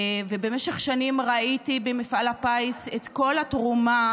ובמשך שנים ראיתי במפעל הפיס את כל התרומה